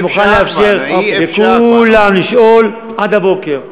אני מוכן לאפשר לכולם לשאול עד הבוקר.